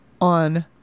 on